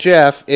Jeff